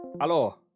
Hello